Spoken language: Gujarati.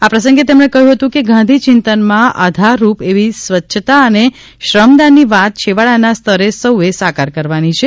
આ પ્રસંગે તેમણે કહ્યું હતું કે ગાંધી ચિંતન માં આધારરૂપ એવી સ્વચ્છતા અને શ્રમદાનની વાત છેવાડાના સ્તરે સૌએ સાકાર કરવાની છે